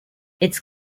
its